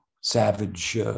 savage